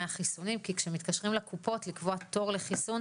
החיסונים: כשמתקשרים לקופות לקבוע תור לחיסון,